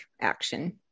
action